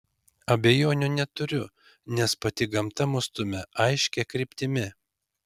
abejonių neturiu nes pati gamta mus stumia aiškia kryptimi